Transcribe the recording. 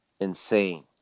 Insane